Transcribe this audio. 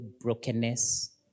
brokenness